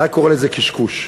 היה קורא לזה: קשקוש.